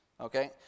Okay